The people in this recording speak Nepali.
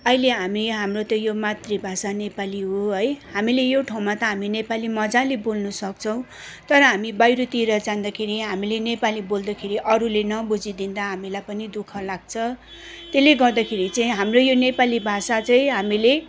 अहिले हामी हाम्रो त त्यो मातृ भाषा नेपाली हो है हामीले यो ठाउँमा त नेपाली मजाले बोल्न सक्छौँ तर हामी बाहिरतिर जाँदाखेरि हामीले नेपाली बोल्दाखेरि अरूले नबुजिदिँदा हामीलाई पनि दुःख लाग्छ त्यसले गर्दाखेरि चाहिँ हाम्रो यो नेपाली भाषा चाहिँ हामीले